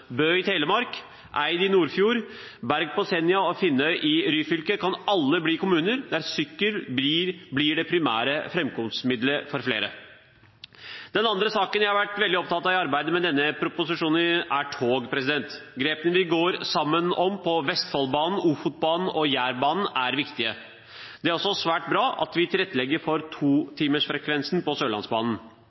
Bø i Telemark, Eid i Nordfjord, Berg på Senja og Finnøy i Ryfylke kan alle bli kommuner der sykkel blir det primære framkomstmiddelet for flere. Den andre saken jeg har vært veldig opptatt av i arbeidet med denne proposisjonen, er tog. Grepene vi går sammen om på Vestfoldbanen, Ofotbanen og Jærbanen, er viktige. Det er også svært bra at vi tilrettelegger for totimersfrekvensen på Sørlandsbanen.